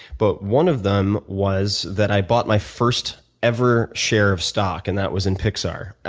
but one of them was that i bought my first ever share of stock, and that was in pixar.